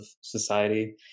society